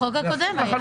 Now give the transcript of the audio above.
בחוק הקודם היה.